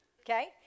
okay